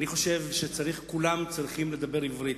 אני חושב שכולם צריכים לדבר עברית.